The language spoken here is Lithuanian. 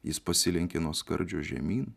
jis pasilenkė nuo skardžio žemyn